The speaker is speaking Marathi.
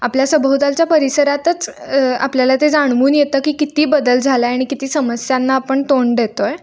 आपल्या सभोवतालच्या परिसरातच आपल्याला ते जाणवून येतं की किती बदल झाला आहे आणि किती समस्यांना आपण तोंड देतो आहे